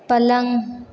पलंग